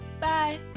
Bye